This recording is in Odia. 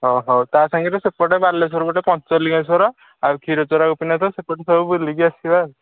ହଁ ହଉ ତା ସାଙ୍ଗରେ ସେପଟେ ବାଲେଶ୍ୱର ଗୋଟେ ପଞ୍ଚଲିଙ୍ଗେଶ୍ୱର ଆଉ କ୍ଷୀରଚୋରାଗୋପୀନାଥ ସେପଟେ ସବୁ ବୁଲିକି ଆସିବା ଆଉ